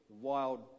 wild